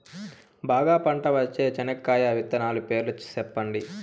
బాగా పంట వచ్చే చెనక్కాయ విత్తనాలు పేర్లు సెప్పండి?